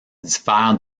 diffère